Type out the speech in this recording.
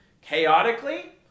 chaotically